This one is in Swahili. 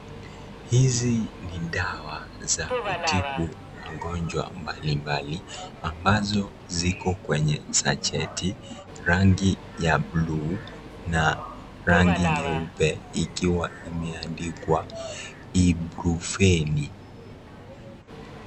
Hizi ni dawa za kutibu magonjwa mbalimbali ambazo ziko kwenye sacheti rangi ya buluu na rangi nyeupe ikiwa imeandikwa Ibuprofeni.